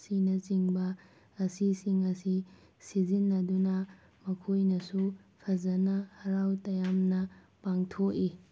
ꯑꯁꯤꯅꯆꯤꯡꯕ ꯑꯁꯤꯁꯤꯡ ꯑꯁꯤ ꯁꯤꯖꯤꯟꯅꯗꯨꯅ ꯃꯈꯣꯏꯅꯁꯨ ꯐꯖꯅ ꯍꯔꯥꯎ ꯇꯌꯥꯝꯅ ꯄꯥꯡꯊꯣꯛꯏ